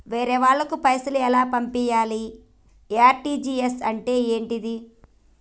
వేరే వాళ్ళకు పైసలు ఎలా పంపియ్యాలి? ఆర్.టి.జి.ఎస్ అంటే ఏంటిది?